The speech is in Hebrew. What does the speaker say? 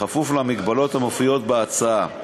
בכפוף למגבלות המופיעות בהצעה.